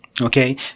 okay